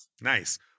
Nice